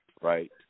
right